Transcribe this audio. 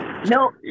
No